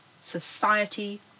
society